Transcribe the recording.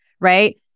right